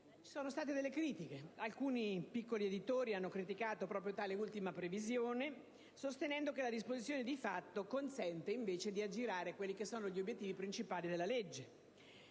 Ci sono state delle critiche: alcuni piccoli editori hanno criticato proprio tale ultima previsione, sostenendo che la disposizione di fatto consente invece di aggirare gli obiettivi principali della legge.